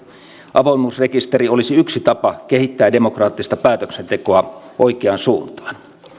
avoimuusrekisteri olisi yksi tapa kehittää demokraattista päätöksentekoa oikeaan suuntaan